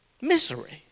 misery